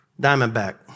diamondback